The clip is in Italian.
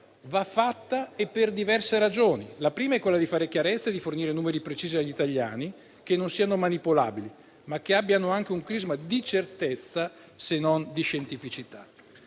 va fatta e per diverse ragioni. La prima è quella di fare chiarezza e di fornire numeri precisi agli italiani che non siano manipolabili, ma che abbiano anche un crisma di certezza se non di scientificità.